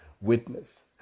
witness